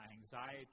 anxiety